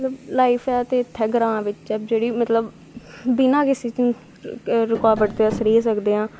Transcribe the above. मतलव लाईफ ऐ ते इत्थैं ग्रांऽ बिच्च ऐ जेह्ड़ी मतलव बिना किसे रुकावट दे अस रेही सकदे आं